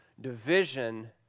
Division